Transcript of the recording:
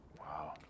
Wow